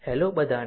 hello બધાને